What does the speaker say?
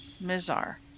Mizar